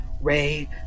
ray